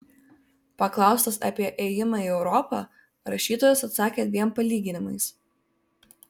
paklaustas apie ėjimą į europą rašytojas atsakė dviem palyginimais